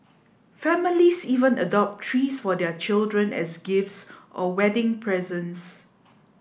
families even adopt trees for their children as gifts or wedding presents